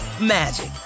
magic